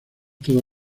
toda